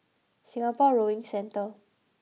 Singapore Rowing Centre